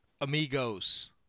amigos